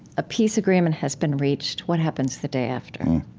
a peace agreement has been reached what happens the day after?